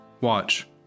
Watch